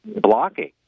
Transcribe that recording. blocking